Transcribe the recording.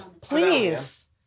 Please